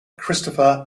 christopher